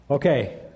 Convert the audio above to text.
Okay